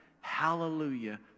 Hallelujah